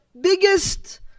biggest